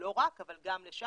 לא רק, אבל גם לשם.